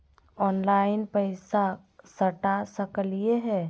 Online पैसा सटा सकलिय है?